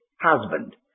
husband